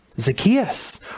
Zacchaeus